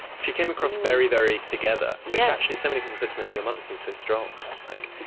she came across very, very together, which actually, so many people said to me, oh, your mother seems so strong. and i was like,